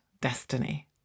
destiny